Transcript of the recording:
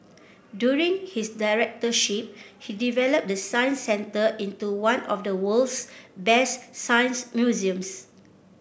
during his directorship he developed the Science Centre into one of the world's best science museums